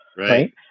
Right